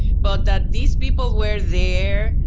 but that these people were there,